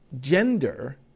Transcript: gender